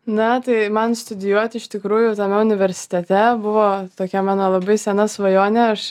na tai man studijuot iš tikrųjų tame universitete buvo tokia mano labai sena svajonė aš